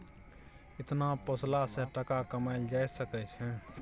इचना पोसला सँ टका कमाएल जा सकै छै